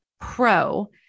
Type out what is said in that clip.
Pro